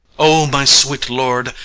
o my sweet lord,